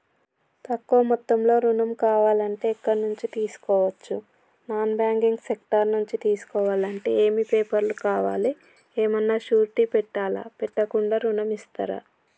తక్కువ మొత్తంలో ఋణం కావాలి అంటే ఎక్కడి నుంచి తీసుకోవచ్చు? నాన్ బ్యాంకింగ్ సెక్టార్ నుంచి తీసుకోవాలంటే ఏమి పేపర్ లు కావాలి? ఏమన్నా షూరిటీ పెట్టాలా? పెట్టకుండా ఋణం ఇస్తరా?